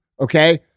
okay